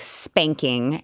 spanking